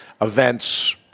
events